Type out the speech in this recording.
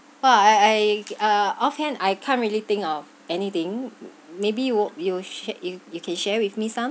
oh I I uh offhand I can't really think of anything maybe you would you share if you can share with me some